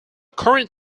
current